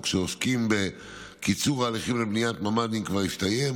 שעוסקים בקיצור ההליכים לבניית ממ"דים כבר הסתיים,